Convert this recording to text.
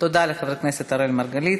תודה לחבר הכנסת אראל מרגלית.